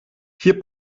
hier